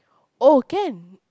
oh can